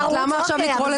אוקיי.